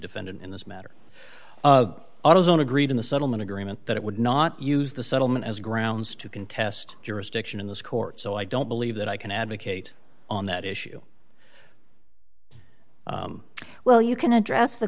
defendant in this matter autozone agreed in the settlement agreement that it would not use the settlement as grounds to contest jurisdiction in this court so i don't believe that i can advocate on that issue well you can address the